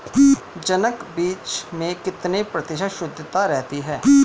जनक बीज में कितने प्रतिशत शुद्धता रहती है?